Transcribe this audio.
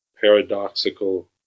paradoxical